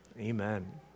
Amen